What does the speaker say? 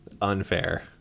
unfair